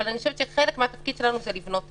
אבל אני חושבת שחלק מהתפקיד שלנו זה לבנות אמון.